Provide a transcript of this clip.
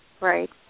Right